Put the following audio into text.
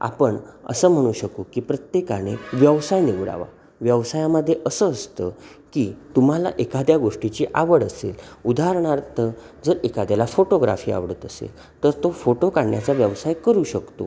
आपण असं म्हणू शकू की प्रत्येकाने व्यवसाय निवडावा व्यवसायामध्ये असं असतं की तुम्हाला एखाद्या गोष्टीची आवड असेल उदाहरणार्थ जर एखाद्याला फोटोग्राफी आवडत असेल तर तो फोटो काढण्याचा व्यवसाय करू शकतो